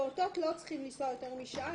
הפעוטות לא צריכים לנסוע יותר משעה,